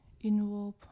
involve